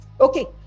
okay